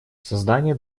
создание